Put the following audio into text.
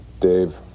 Dave